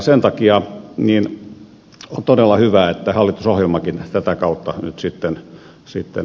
sen takia on todella hyvä että hallitusohjelmakin tätä kautta nyt sitten toteutuu